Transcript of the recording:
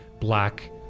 black